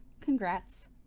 congrats